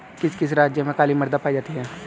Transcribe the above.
किस किस राज्य में काली मृदा पाई जाती है?